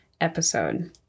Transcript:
episode